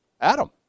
Adam